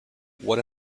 what